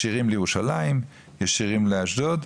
ישירים לירושלים, ישירים לאשדוד,